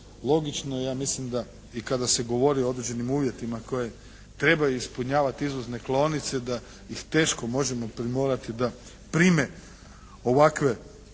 logično i ja mislim da i kad se govori o određenim uvjetima koje trebaju ispunjavati izvozne klaonice, da ih teško možemo primorati da prime ovakva